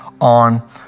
on